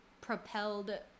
propelled